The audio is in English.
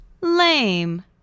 Lame